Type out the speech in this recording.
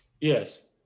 Yes